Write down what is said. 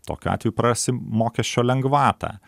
tokiu atveju prarasi mokesčio lengvatą